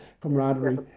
camaraderie